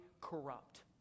corrupt